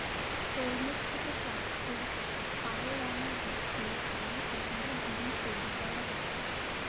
তরমুজ থেকে প্রাপ্ত কালো রঙের বীজ দিয়ে অনেক রকমের জিনিস তৈরি করা যায়